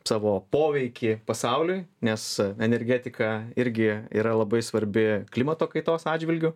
savo poveikį pasauliui nes energetika irgi yra labai svarbi klimato kaitos atžvilgiu